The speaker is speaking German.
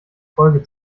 folge